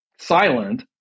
silent